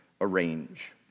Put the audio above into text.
arrange